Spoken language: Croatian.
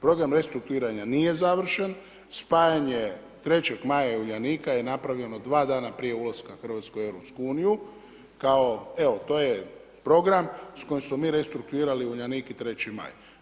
Program restrukturiranja nije završen, spajanje 3. Maja i Uljanika je napravljeno 2 dana prije ulaska RH u EU, kao, evo to je program s kojim smo mi restrukturirali Uljanik i 3. Maj.